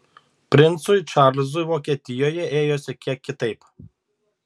princui čarlzui vokietijoje ėjosi kiek kitaip